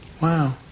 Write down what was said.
Wow